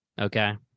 Okay